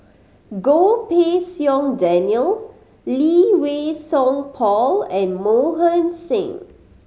Goh Pei Siong Daniel Lee Wei Song Paul and Mohan Singh